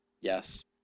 Yes